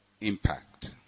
impact